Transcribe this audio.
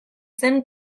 zen